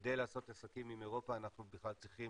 כדי לעשות עסקים עם אירופה אנחנו צריכים